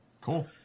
cool